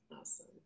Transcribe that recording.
Awesome